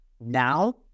Now